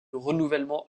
renouvellement